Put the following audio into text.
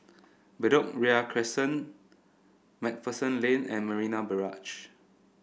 Bedok Ria Crescent MacPherson Lane and Marina Barrage